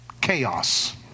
chaos